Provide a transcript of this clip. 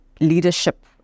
leadership